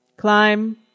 Climb